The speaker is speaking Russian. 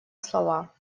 слова